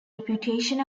reputation